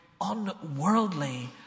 Unworldly